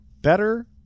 better